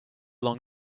long